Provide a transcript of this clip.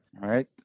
Right